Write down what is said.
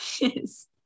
Yes